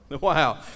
Wow